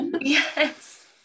Yes